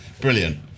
Brilliant